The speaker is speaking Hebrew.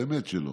באמת שלא,